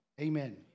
Amen